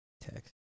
text